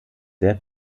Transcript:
sehr